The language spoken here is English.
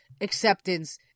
acceptance